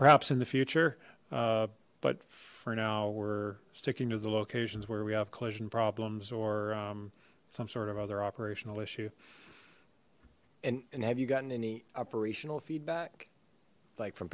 perhaps in the future but for now we're sticking to the locations where we have collision problems or um some sort of other operational issue and and have you gotten any operational feedback like from